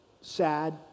sad